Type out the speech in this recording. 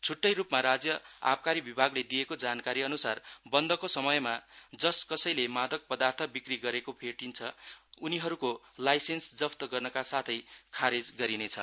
छुट्टै रूपमा राज्य आबकारी विभागले दिएको जानकारी अन्सार बन्दको समयमा जस कसैले मादक पदार्थ बिक्री गरेको भेटाइन्छ उनीहरूको लाइसेन्स जफ्त गर्नका साथै खारेज गरिनेछ